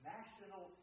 National